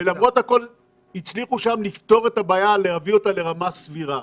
-- ולמרות הכול הצליחו לפתור את הבעיה ולהביא אותה לרמה סבירה.